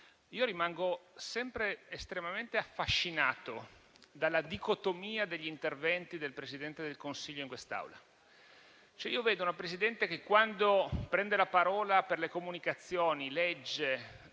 rimango sempre estremamente affascinato dalla dicotomia degli interventi del Presidente del Consiglio in quest'Aula: vedo cioè una Presidente che, quando prende la parola per le comunicazioni, legge